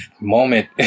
moment